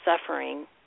suffering